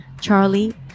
Charlie